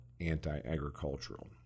anti-agricultural